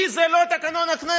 לא התרגשת, כי זה לא תקנון הכנסת.